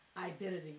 identity